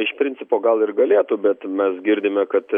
iš principo gal ir galėtų bet mes girdime kad